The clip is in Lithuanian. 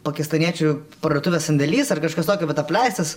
pakistaniečių parduotuvės sandelys ar kažkas tokio bet apleistas